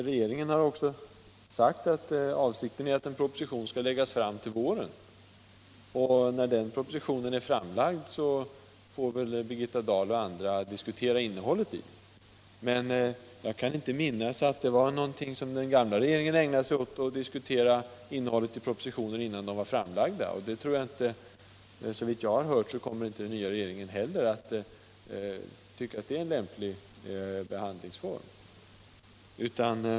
Regeringen har också sagt att avsikten är att en proposition skall läggas fram till våren. När den propositionen är framlagd får väl Birgitta Dahl och andra diskutera innehållet i den. Jag kan inte minnas att den tidigare regeringen ägnade sig åt att diskutera innehållet i propositioner innan de var framlagda. Såvitt jag förstår tycker inte heller den nya regeringen att det är en lämplig behandlingsform.